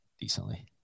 decently